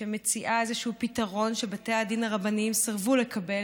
ומציעה איזשהו פתרון שבתי הדין הרבניים סירבו לקבל,